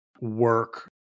work